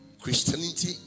Christianity